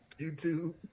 YouTube